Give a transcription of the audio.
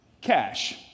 Cash